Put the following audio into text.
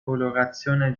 colorazione